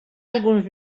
alguns